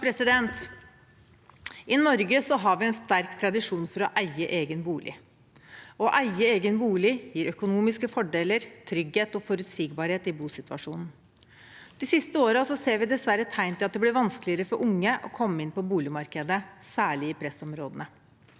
I Norge har vi en sterk tradisjon for å eie egen bolig. Å eie egen bolig gir økonomiske fordeler, trygghet og forutsigbarhet i bosituasjonen. De siste årene har vi dessverre sett tegn til at det blir vanskeligere for unge å komme inn på boligmarkedet, særlig i pressområdene.